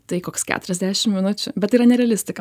tai koks keturiasdešim minučių bet tai yra ne realistika